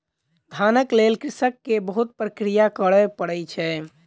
धानक लेल कृषक के बहुत प्रक्रिया करय पड़ै छै